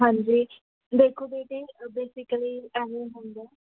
ਹਾਂਜੀ ਦੇਖੋ ਦੀਦੀ ਬੇਸਿਕਲੀ ਐਵੇਂ ਹੁੰਦਾ